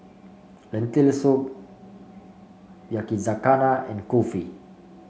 Lentil Soup Yakizakana and Kulfi